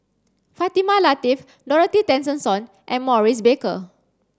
Fatimah Lateef Dorothy Tessensohn and Maurice Baker